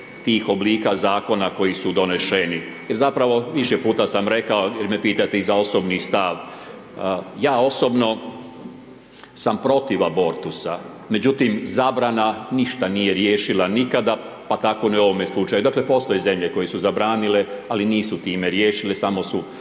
tih oblika zakona koji su doneseni. Jer zapravo, više puta sam rekao, jer me pitate i za osobni stav. Ja osobno sam protiv abortusa, međutim, zabrana ništa nije riješila nikada, pa tako ni u ovome slučaju. Dakle, postoje zemlje koje su zabranile, ali nisu time riješile, samo su